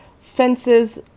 Fences